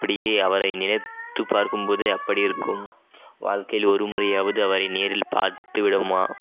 அப்படியே அவரை நினைத்து பார்க்கும் போது அப்படி இருக்கும் வாழ்க்கையில் ஒரு முறையாவது அவரை நேரில் பார்த்து விடுவோமா